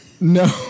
No